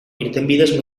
irtenbideez